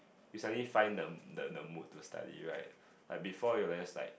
you suddenly find the the the mood to study right like before you rest like